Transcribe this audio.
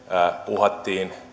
uhattiin